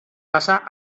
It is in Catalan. passa